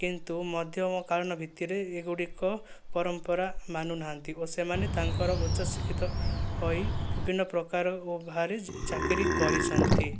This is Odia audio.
କିନ୍ତୁ ମଧ୍ୟମକାଳୀନ ଭିତ୍ତିରେ ଏଗୁଡ଼ିକ ପରମ୍ପରା ମାନୁନାହାଁନ୍ତି ଓ ସେମାନେ ତାଙ୍କର ଉଚ୍ଚଶିକ୍ଷିତ ହୋଇ ବିଭିନ୍ନ ପ୍ରକାର ଓ ବାହାରେ ଚାକିରି କରିଛନ୍ତି